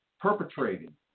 perpetrating